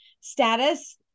status